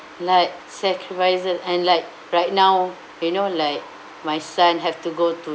like sacrifices and like right now you know like my son have to go to